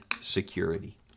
security